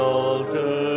altar